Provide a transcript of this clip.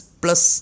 plus